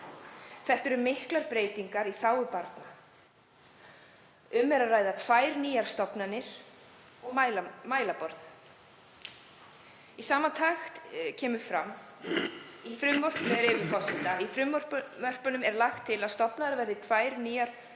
Þetta eru miklar breytingar í þágu barna. Um er að ræða tvær nýjar stofnanir og mælaborð. Í samantekt kemur fram, með leyfi forseta: „Í frumvörpunum er lagt til að stofnaðar verði tvær nýjar stofnanir